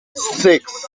six